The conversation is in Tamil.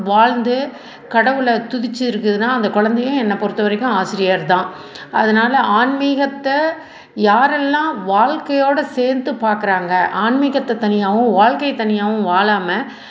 வாழ்ந்து கடவுளை துதிச்சு இருக்குதுன்னா அந்த குழந்தையே என்ன பொருத்தவரைக்கும் ஆசிரியர் தான் அதனால ஆன்மீகத்தை யாரெல்லாம் வாழ்க்கையோட சேர்த்து பார்க்குறாங்க ஆன்மீகத்தை தனியாகவும் வாழ்க்கையே தனியாகவும் வாழாமல்